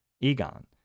egon